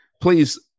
please